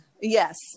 yes